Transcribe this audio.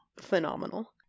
phenomenal